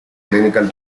clinical